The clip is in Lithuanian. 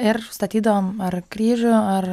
ir statydavom ar kryžių ar